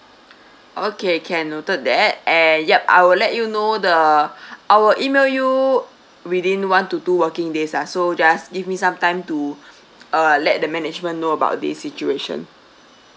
okay can noted that and yup I will let you know the I'll E-mail you within one to two working days lah so just give me some time to uh let the management know about this situation